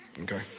Okay